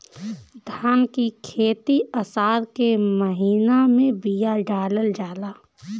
धान की खेती आसार के महीना में बिया डालल जाला?